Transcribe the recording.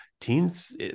Teens